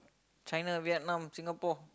China Vietnam Singapore